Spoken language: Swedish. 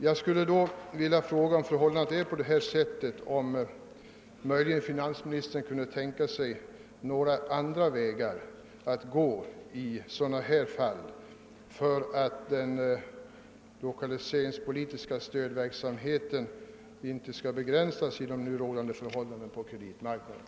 Jag vill fråga finansministern, om han under dessa omständigheter möjligen kan tänka sig några andra vägar att gå för att den lokaliseringspolitiska stödverksamheten inte skall begränsas genom rådande förhållanden på kreditmarknaden?